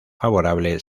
favorable